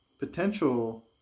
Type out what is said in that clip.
potential